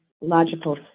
logical